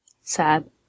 Sad